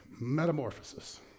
Metamorphosis